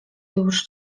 już